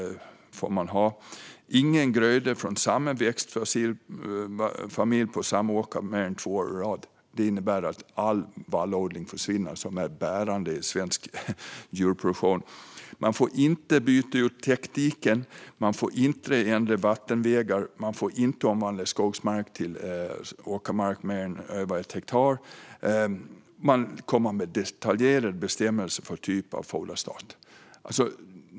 Ingen gröda från samma växtfamilj får finnas på samma åker mer än två år i rad. Det innebär att all vallodling försvinner, vilken är bärande i svensk djurproduktion. Man får inte byta ut täckdiken, man får inte ändra vattenvägar och man får inte omvandla mer än 1 hektar skogsmark till åkermark. Det är också detaljerade bestämmelser för typ av foder i foderstaten.